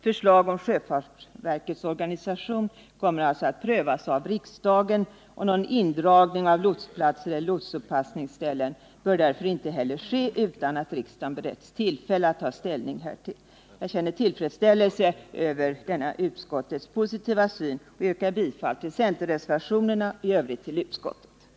Förslag om sjöfartsverkets organisation kommer alltså att prövas av riksdagen, och någon indragning av lotsplatser eller lotsuppassningsställen bör därför inte heller ske utan att riksdagen bereds tillfälle att ta ställning härtill. Jag känner tillfredsställelse över utskottets positiva syn. Jag yrkar bifall till centerreservationerna och i övrigt till utskottets hemställan.